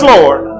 Lord